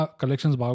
collections